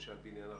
למשל בעניין הרכבת,